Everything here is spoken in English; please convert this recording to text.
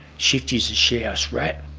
shifty as a shithouse rat